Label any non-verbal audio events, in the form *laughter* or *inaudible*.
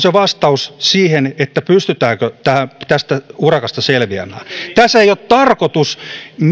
*unintelligible* se vastaus siihen että pystytäänkö tästä urakasta selviämään tässä ei ole tarkoitus